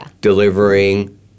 delivering